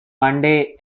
monday